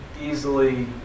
easily